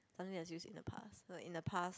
something that's use in the past like in the past